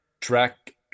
track